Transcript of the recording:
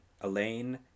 elaine